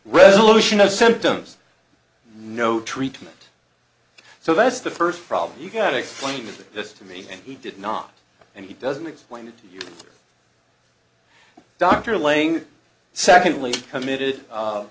resolution no symptoms no treatment so that's the first problem you got explaining this to me and he did not and he doesn't explain it to you doctor laying secondly committed u